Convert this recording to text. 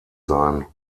sein